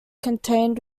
contained